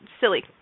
silly